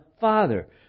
Father